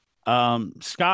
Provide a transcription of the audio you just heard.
Scott